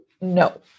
no